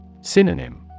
Synonym